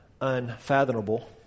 unfathomable